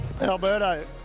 Alberto